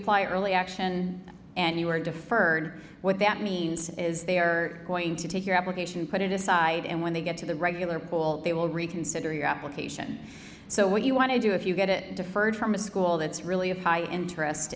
apply early action and you were deferred what that means is they are going to take your application put it aside and when they get to the regular pool they will reconsider your application so what you want to do if you get it deferred from a school that's really a high interest